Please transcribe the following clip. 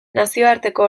nazioarteko